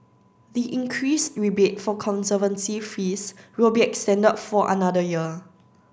the increased rebate for conservancy fees will be extended for another year